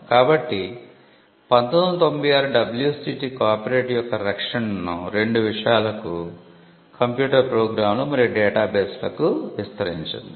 కాబట్టి 1996 WCT copyright యొక్క రక్షణను రెండు విషయాలకు కంప్యూటర్ ప్రోగ్రామ్లు మరియు డేటా బేస్లకు విస్తరించింది